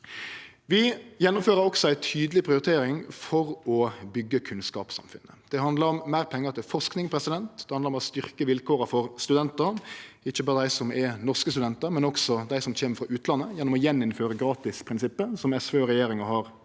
Vi gjennomfører også ei tydeleg prioritering for å byggje kunnskapssamfunnet. Det handlar om meir pengar til forsking. Det handlar om å styrkje vilkåra for studentane, ikkje berre dei som er norske studentar, men også dei som kjem frå utlandet, ved å gjeninnføre gratisprinsippet som SV og regjeringa har avskaffa.